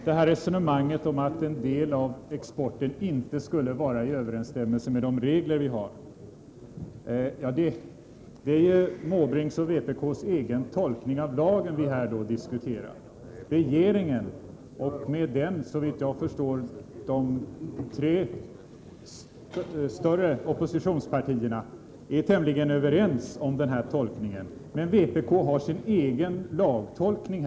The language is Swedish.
Fru talman! Resonemanget om att en del av exporten inte skulle vara i överensstämmelse med de regler som vi har handlar om Bertil Måbrinks och vpk:s egen tolkning av lagen. Regeringen och — såvitt jag förstår — de tre större oppositionspartierna är tämligen överens om tolkningen. Vpk har däremot här sin egen lagtolkning.